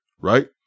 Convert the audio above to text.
Right